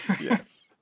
Yes